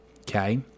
okay